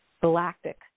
galactic